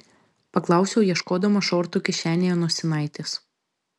paklausiau ieškodama šortų kišenėje nosinaitės